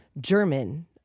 German